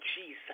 Jesus